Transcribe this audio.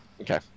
Okay